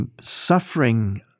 suffering